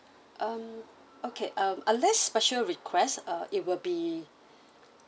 um okay um unless special requests uh it will be